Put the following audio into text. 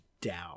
down